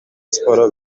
siporo